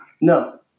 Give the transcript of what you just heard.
no